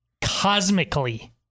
cosmically